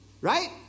right